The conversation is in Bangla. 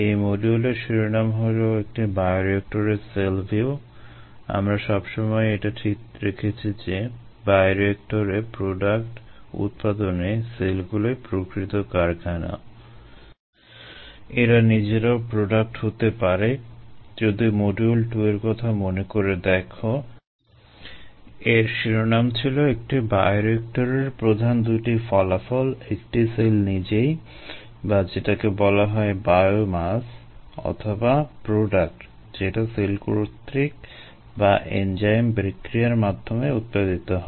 এই মডিউলের শিরোনাম হলো একটি বায়োরিয়েক্টরের সেল ভিউ বিক্রিয়ার মাধ্যমে উৎপাদিত হয়